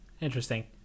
interesting